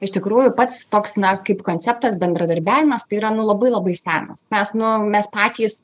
iš tikrųjų pats toks na kaip konceptas bendradarbiavimas tai yra nu labai labai senas mes nu mes patys